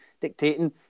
dictating